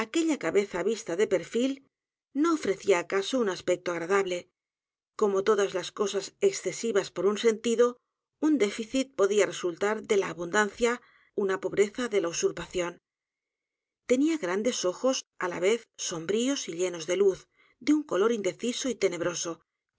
aquella cabeza vista de perfil no piresu vida y sus obras cía acaso u n aspecto agradable como todas las cosas excesivas por un sentido un déficit podía resultar d e la abundancia una pobreza de la usurpación tenía grandes ojos á la vez sombríos y llenos de luz de un color indeciso y tenebroso